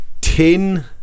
tin